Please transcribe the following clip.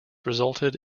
resulted